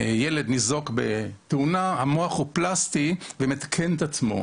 ילד ניזוק בתאונה, המוח הוא פלסטי ומתקן את עצמו.